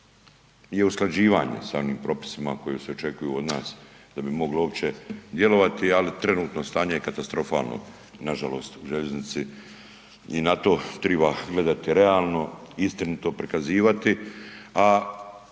je usklađivanje sa onim propisima koji se očekuju od nas da bi mogla uopće djelovati, ali trenutno stanje je katastrofalno nažalost u željeznici i na to triba gledati realno, istinito prikazivati, a